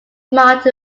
marked